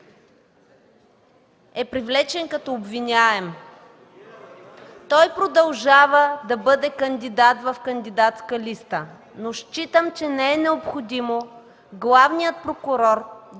е привлечен като обвиняем, той продължава да бъде кандидат в кандидатска листа, но считам, че не е необходимо главният прокурор да